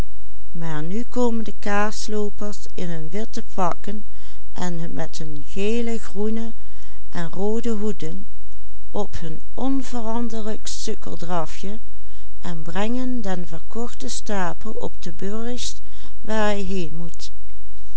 gele groene en roode hoeden op hun onveranderlijk sukkeldrafje en brengen den verkochten stapel op burries waar hij heen moet